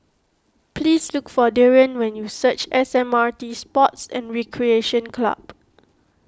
please look for Darrion when you reach S M R T Sports and Recreation Club